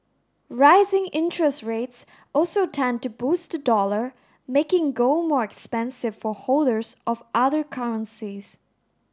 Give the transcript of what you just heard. rising interest rates also tend to boost the dollar making gold more expensive for holders of other currencies